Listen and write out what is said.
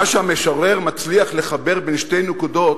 מה שהמשורר מצליח לחבר בין שתי נקודות,